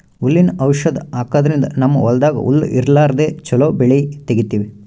ಹುಲ್ಲಿನ್ ಔಷಧ್ ಹಾಕದ್ರಿಂದ್ ನಮ್ಮ್ ಹೊಲ್ದಾಗ್ ಹುಲ್ಲ್ ಇರ್ಲಾರ್ದೆ ಚೊಲೋ ಬೆಳಿ ತೆಗೀತೀವಿ